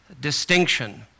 distinction